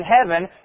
heaven